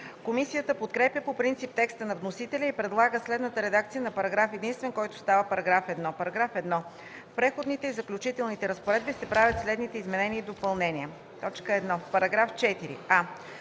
Комисията подкрепя по принцип текста на вносителя и предлага следната редакция на параграф единствен, който става § 1: „§ 1. В Преходните и заключителните разпоредби се правят следните изменения и допълнения: 1. В § 4: